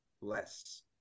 less